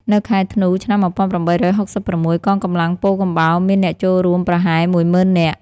នៅខែធ្នូ ឆ្នាំ ១៨៦៦ កងកម្លាំងពោធិកំបោរមានអ្នកចូលរួមប្រហែលមួយម៉ឺននាក់។